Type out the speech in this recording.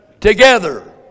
together